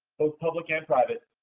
both public and private,